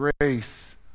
grace